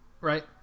Right